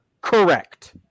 Correct